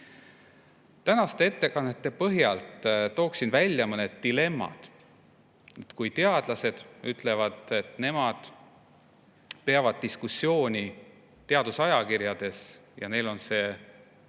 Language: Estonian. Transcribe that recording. Tänaste ettekannete põhjal toon välja mõned dilemmad. Kui teadlased ütlevad, et nemad peavad diskussiooni teadusajakirjades ja neil on see